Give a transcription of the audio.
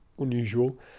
unusual